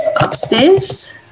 upstairs